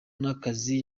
n’akazi